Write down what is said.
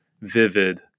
vivid